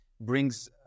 brings